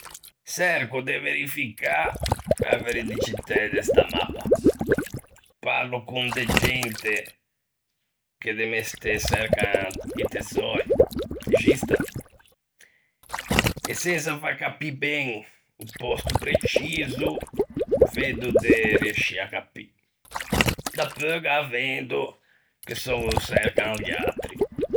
Çerco de verificâ a veridicitæ de sta mappa, parlo con de gente che de mestê çercan i tesöi - existan - e sensa fâ capî ben o pòsto preciso, veddo de riescî à capî; dapeu gh'â vendo, che s'ô çercan liatri.